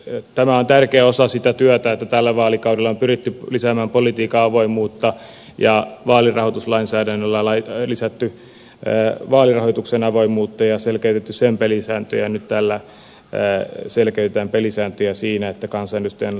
tämä on tärkeä osa sitä työtä jolla tällä vaalikaudella on pyritty lisäämään politiikan avoimuutta ja vaalirahoituslainsäädännöllä lisätty vaalirahoituksen avoimuutta ja nyt tällä selkeytetään pelisääntöjä siinä että kansanedustajan lahjontapykäliä kiristetään